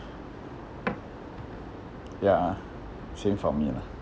ya same for me lah